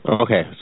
Okay